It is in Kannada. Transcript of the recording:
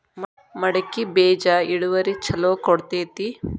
ಮಡಕಿ ಬೇಜ ಇಳುವರಿ ಛಲೋ ಕೊಡ್ತೆತಿ?